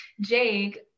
Jake